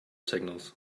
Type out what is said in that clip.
signals